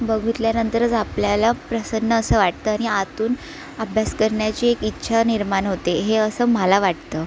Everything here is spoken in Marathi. बघितल्यानंतरच आपल्याला प्रसन्न असं वाटतं आणि आतून अभ्यास करण्याची एक इच्छा निर्माण होते हे असं मला वाटतं